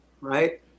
right